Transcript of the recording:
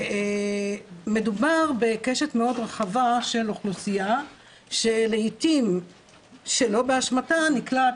מדובר בקשת מאוד רחבה של אוכלוסייה שלעתים שלא באשמתה נקלעת